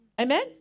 Amen